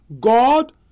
God